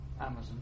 Amazon